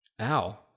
Ow